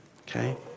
Okay